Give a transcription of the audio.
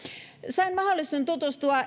sain mahdollisuuden tutustua